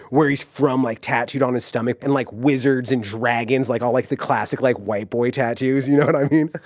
where he's from like tattooed on his stomach, and like wizards and dragons and all like the classic like white boy tattoos. you know what i mean?